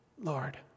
Lord